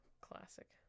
Classic